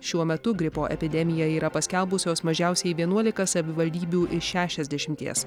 šiuo metu gripo epidemiją yra paskelbusios mažiausiai vienuolika savivaldybių iš šešiasdešimies